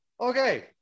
Okay